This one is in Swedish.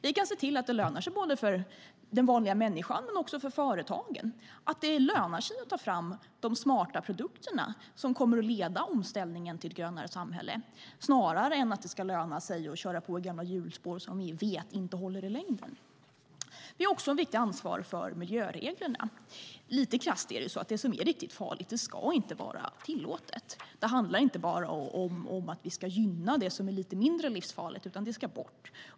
Vi kan se till att det lönar sig både för den vanliga människan och för företagen att ta fram de smarta produkterna som kommer att leda omställningen till ett grönare samhälle snarare än att det ska löna sig att köra på i gamla hjulspår som vi vet inte håller i längden. Vi har också ett viktigt ansvar för miljöreglerna. Lite krasst är det så att det som är riktigt farligt inte ska vara tillåtet. Det handlar inte bara om att vi ska gynna det som är lite mindre livsfarligt, utan det ska bort.